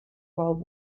world